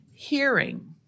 Hearing